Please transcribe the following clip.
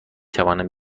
توانم